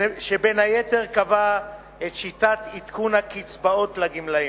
שבין היתר קבע את שיטת עדכון הקצבאות לגמלאים.